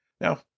Now